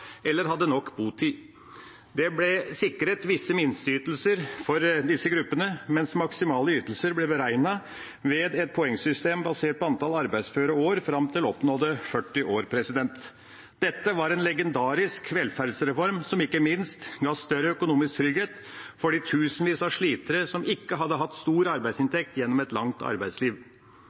eller har nok botid. Det ble sikret visse minsteytelser for disse gruppene, mens maksimale ytelser ble beregnet ved et poengsystem basert på antall arbeidsføre år fram til oppnådde 40 år. Dette var en legendarisk velferdsreform, som ikke minst ga større økonomisk trygghet for de tusenvis av slitere som ikke hadde hatt stor arbeidsinntekt gjennom et langt arbeidsliv.